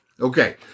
Okay